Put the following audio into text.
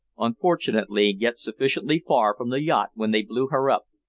unfortunately, get sufficiently far from the yacht when they blew her up,